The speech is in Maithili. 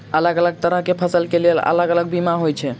अलग अलग तरह केँ फसल केँ लेल अलग अलग बीमा होइ छै?